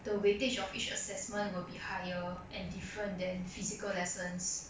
the weightage of each assessment will be higher and different than physical lessons